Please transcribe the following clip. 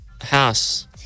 House